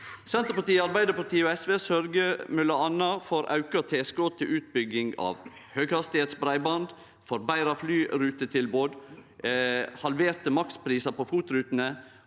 Senterpartiet, Arbeidarpartiet og SV sørgjer m.a. for auka tilskot til utbygging av høghastigheitsbreiband, forbetra flyrutetilbod, halverte maksprisar på FOT-rutene